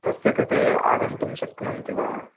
तस्य कृते आगन्तुं शक्नुवन्ति वा